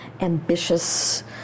ambitious